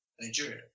Nigeria